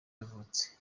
yavutse